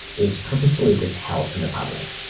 is purposefully withheld from the public,